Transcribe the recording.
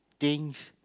things